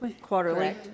Quarterly